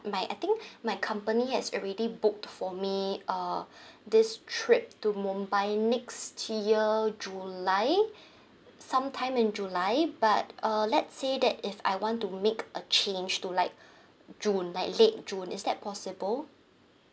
my I think my company has already booked for me uh this trip to mumbai next year july some time in july but uh let's say that if I want to make a change to like june like late june is that possible